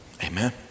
Amen